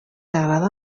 agrada